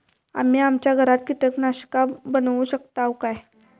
आम्ही आमच्या घरात कीटकनाशका बनवू शकताव काय?